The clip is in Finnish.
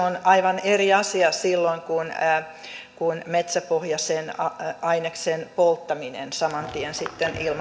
on aivan eri asia silloin kuin metsäpohjaisen aineksen polttaminen saman tien sitten